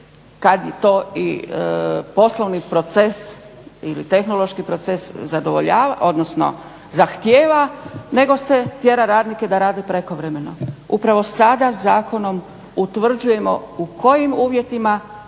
kada to poslovni proces ili tehnološki proces zahtjeva nego se tjera radnike da rade prekovremeno. Upravo sada zakonom utvrđujemo u kojim uvjetima